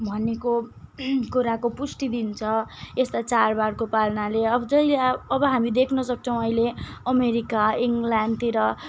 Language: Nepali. भनेको कुराको पुष्टि दिन्छ यस्ता चाडबाडको पालनाले अझै अब हामी देख्नसक्छौँ अहिले अमेरिका इङ्गल्यान्डतिर